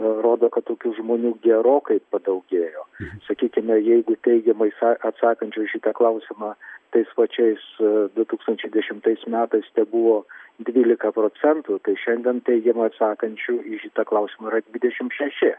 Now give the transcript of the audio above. rodo kad tokių žmonių gerokai padaugėjo sakykime jeigu teigiamai sa atsakančių į šitą klausimą tais pačiais du tūkstančiai dešimtais metais tebuvo dvylika procentų tai šiandien teigiamai atsakančių į šitą klausimą yra dvidešimt šeši